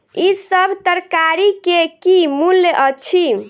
ई सभ तरकारी के की मूल्य अछि?